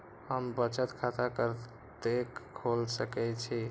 हम बचत खाता कते खोल सके छी?